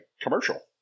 commercial